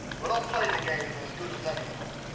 but i'll play the game as good as any of em.